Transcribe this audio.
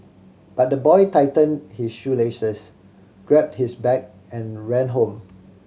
but the boy tightened his shoelaces grabbed his bag and ran home